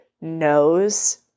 knows